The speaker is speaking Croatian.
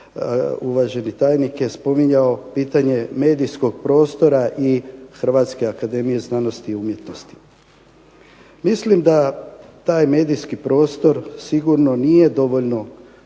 uvaženi tajnik je spominjao, pitanje medijskog prostora i HAZU-a. Mislim da taj medijski prostor sigurno nije dovoljno